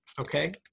okay